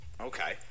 Okay